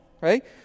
right